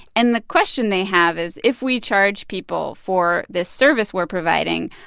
and the question they have is if we charge people for this service we're providing,